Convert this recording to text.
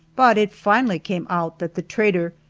but it finally came out that the trader,